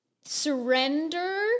surrender